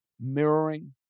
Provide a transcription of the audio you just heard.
mirroring